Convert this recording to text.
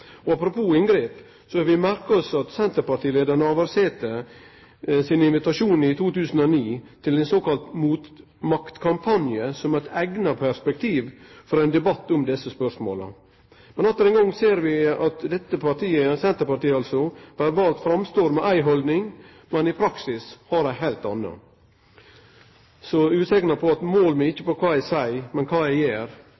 vi. Apropos inngrep: Vi har merka oss senterpartileiar Navarsetes invitasjon i 2009 til ein såkalla MOTMAKT-kampanje, som eit eigna perspektiv for ein debatt om desse spørsmåla. Men atter ein gong ser vi at dette partiet – Senterpartiet altså – verbalt står fram med éi haldning, men i praksis har ei heilt anna. Så utsegna «Mål meg ikkje på